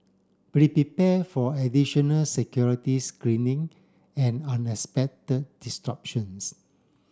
be prepared for additional security screening and unexpected disruptions